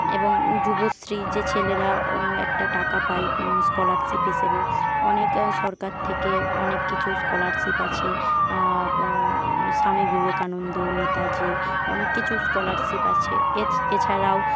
এবং যুবশ্রী যে ছেলেরা একটা টাকা পায় স্কলারশিপ হিসেবে অনেক সরকার থেকে অনেক কিচু স্কলারশিপ আছে স্বামী বিবেকানন্দ নেতাজী অনেক কিছু স্কলারশিপ আছে এছ এছাড়াও